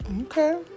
okay